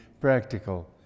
practical